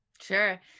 Sure